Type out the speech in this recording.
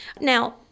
Now